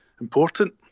important